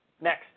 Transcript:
Next